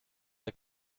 der